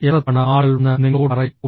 എത്ര തവണ ആളുകൾ വന്ന് നിങ്ങളോട് പറയും ഓ